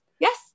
yes